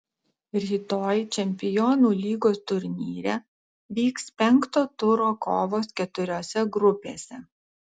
rytoj čempionų lygos turnyre vyks penkto turo kovos keturiose grupėse